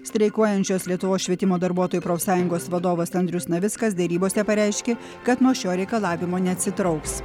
streikuojančios lietuvos švietimo darbuotojų profsąjungos vadovas andrius navickas derybose pareiškė kad nuo šio reikalavimo neatsitrauks